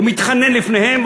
ומתחנן לפניהם,